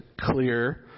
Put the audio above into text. clear